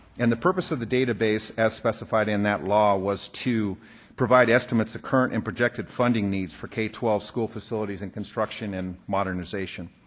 and the purpose of the database as specified in that law was to provide estimates of current and projected funding needs for k twelve school facilities in construction and modernization.